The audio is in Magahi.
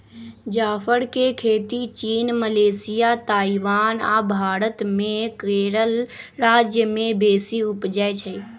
जाफर के खेती चीन, मलेशिया, ताइवान आ भारत मे केरल राज्य में बेशी उपजै छइ